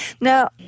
Now